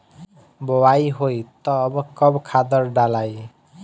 बोआई होई तब कब खादार डालाई?